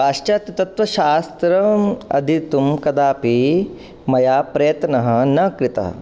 पाश्चात्यतत्त्वशास्त्रम् अधीतुं कदापि मया प्रयत्नः न कृतः